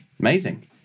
Amazing